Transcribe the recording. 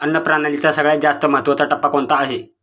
अन्न प्रणालीचा सगळ्यात जास्त महत्वाचा टप्पा कोणता आहे?